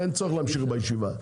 אין צורך להמשיך בישיבה.